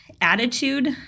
attitude –